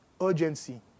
urgency